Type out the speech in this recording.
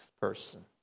person